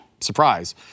Surprise